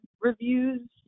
reviews